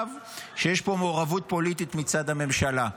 שיש פה מעורבות פוליטית מצד הממשלה.